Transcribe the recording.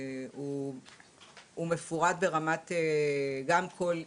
הוא מפורט ברמת גם כל עיר,